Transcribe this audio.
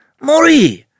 Maury